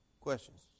Questions